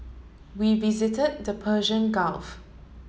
we visit the Persian Gulf